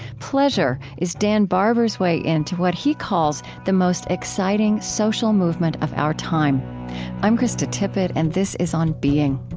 pleasure is dan barber's way in to what he calls the most exciting social movement of our time i'm krista tippett, and this is on being